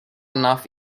enough